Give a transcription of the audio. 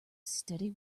steady